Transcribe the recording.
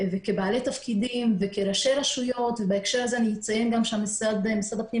כבעלי תפקידים וכראשי רשויות ובהקשר הזה משרד הפנים